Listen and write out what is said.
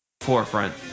forefront